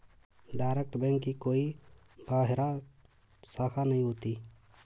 direct bank की कोई बाह्य शाखा नहीं होती